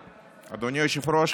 היושב-ראש,